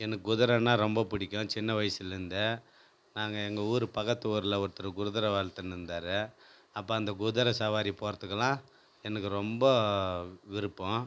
எனக்கு குதுரைன்னா ரொம்ப பிடிக்கும் சின்ன வயசுலேருந்தே நாங்கள் எங்கள் ஊர் பக்கத்து ஊரில் ஒருத்தரு குதுரை வளர்த்துன்னுந்தாரு அப்போ அந்த குதுரை சவாரி போறத்துக்கெலாம் எனக்கு ரொம்ப விருப்பம்